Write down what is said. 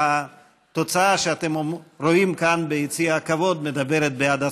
והתוצאה שאתם רואים כאן ביציע הכבוד מדברת בעד עצמה.